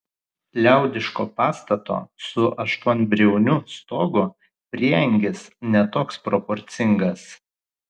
liaudiško pastato su aštuonbriauniu stogu prieangis ne toks proporcingas